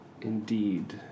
Indeed